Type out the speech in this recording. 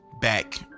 Back